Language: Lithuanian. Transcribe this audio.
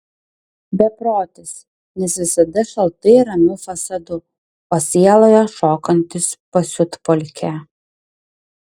beprotis nes visada šaltai ramiu fasadu o sieloje šokantis pasiutpolkę